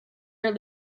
are